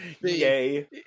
Yay